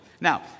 Now